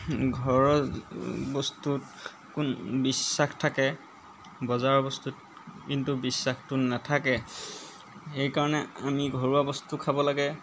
ঘৰৰ বস্তুত কোন বিশ্বাস থাকে বজাৰৰ বস্তুত কিন্তু বিশ্বাসটো নাথাকে সেইকাৰণে আমি ঘৰুৱা বস্তু খাব লাগে